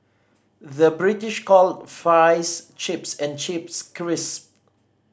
the British call fries chips and chips crisp